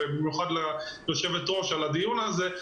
במיוחד ליושבת-הראש על הדיון הזה,